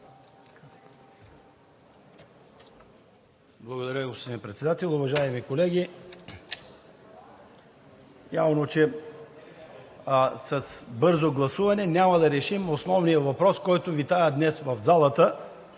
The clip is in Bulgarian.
Благодаря, господин Председател. Уважаеми колеги, явно че с бързо гласуване няма да решим основния въпрос, който витае днес в залата.